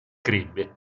crebbe